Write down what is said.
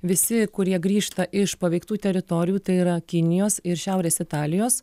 visi kurie grįžta iš paveiktų teritorijų tai yra kinijos ir šiaurės italijos